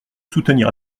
soutenir